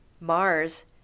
Mars